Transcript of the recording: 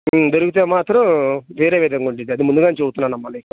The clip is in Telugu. దొరికితే మాత్రం వేరే విధంగా ఉంటుంది అది ముందుగానే చెప్తున్నాను అమ్మా నీకు